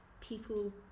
people